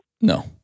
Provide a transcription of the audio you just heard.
No